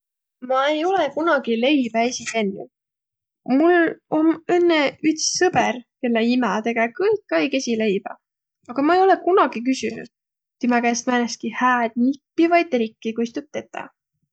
Ma ei olõq kunagi leibä esiq tennüq. Mul om õnnõ üts sõbõr, kelle imä tege kõik aig esiq leibä, aga ma ei olõq timä käest kunagi küsünüq määnestki hääd nippi vai trikki, kuis tuud tüüd tetäq.